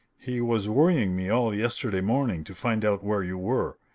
he was worrying me all yesterday morning to find out where you were,